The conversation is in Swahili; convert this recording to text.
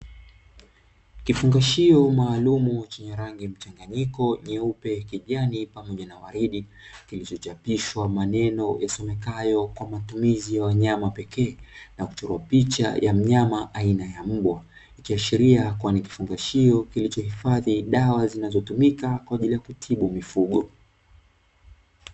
Kifungashio maalumu chenye rangi mchanganyiko: nyeupe, kijani pamoja na waridi kilicho chapishwa maneno yasomekayo "kwa matumizi ya wanyama pekee" na kuchorwa picha ya mnyama aina ya mbwa ikiashiria kua ni kifungashio kilicho hifadhi dawa zinazotumika kwa ajili ya kutibu mifugo.